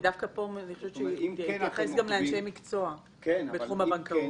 דווקא פה הוא מתייחס גם לאנשי מקצוע בתחום הבנקאות.